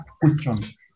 questions